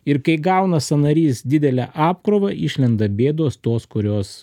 ir kai gauna sąnarys didelę apkrovą išlenda bėdos tos kurios